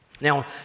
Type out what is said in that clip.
Now